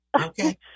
Okay